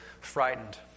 frightened